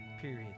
period